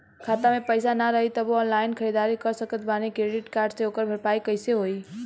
खाता में पैसा ना रही तबों ऑनलाइन ख़रीदारी कर सकत बानी क्रेडिट कार्ड से ओकर भरपाई कइसे होई?